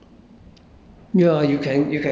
um